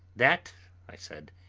that, i said,